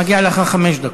מגיע לך חמש דקות.